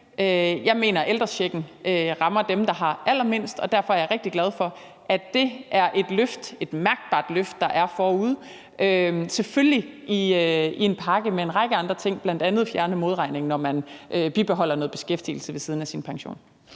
Jeg mener, at ældrechecken rammer dem, der har allermindst, og derfor er jeg rigtig glad for, at det er et mærkbart løft, der er forude. Selvfølgelig er det i en pakke med en række andre ting, bl.a. at man fjerner modregningen, når man bibeholder noget beskæftigelse ved siden af sin pension.